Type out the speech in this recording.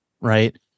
right